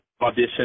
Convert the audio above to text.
audition